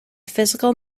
physical